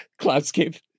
cloudscape